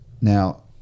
Now